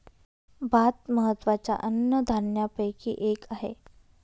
भात महत्त्वाच्या अन्नधान्यापैकी एक आहे